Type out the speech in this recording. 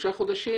שלושה חודשים.